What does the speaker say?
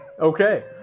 Okay